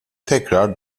tekrar